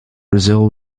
brazil